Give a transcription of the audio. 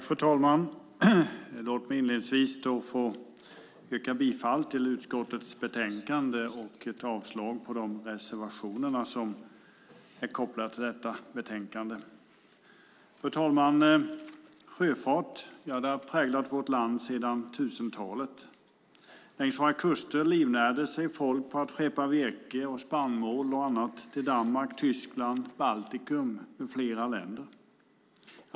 Fru talman! Låt mig inledningsvis yrka bifall till utskottets betänkande och avslag på de reservationer som är kopplade till detta betänkande. Sjöfart har präglat vårt land sedan 1000-talet. Längs våra kuster livnärde sig folk på att skeppa virke, spannmål och annat till Danmark, Tyskland, Baltikum och andra länder.